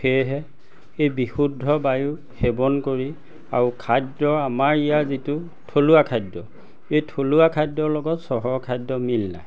সেয়েহে এই বিশুদ্ধ বায়ু সেৱন কৰি আৰু খাদ্য আমাৰ ইয়াৰ যিটো থলুৱা খাদ্য এই থলুৱা খাদ্যৰ লগত চহৰৰ খাদ্যৰ মিল নাই